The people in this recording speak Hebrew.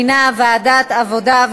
ועדת העבודה,